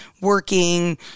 working